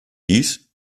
dies